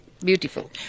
beautiful